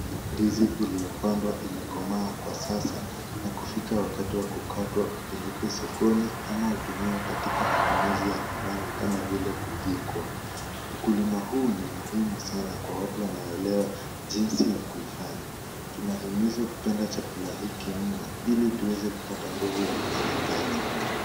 Ndizi iliyopandwa imekomaa kwa sasa na kufika wakati wa kukatwa upelekwe sokoni ama utumiwe katika matumizi ya nyumbani kama vile kupikwa. Ukulima huu ni muhimu sana kwa watu wanaoelewa jinsi ya kuifanya. Tunahimizwa kupenda chakula hiki mno ili tuweze kupata nguvu ya kufanya kazi.